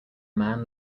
man